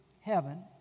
heaven